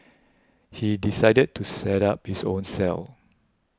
he decided to set up his own cell